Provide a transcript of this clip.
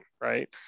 right